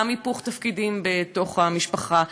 גם היפוך תפקידים בתוך המשפחה,